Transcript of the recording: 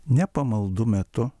ne pamaldų metu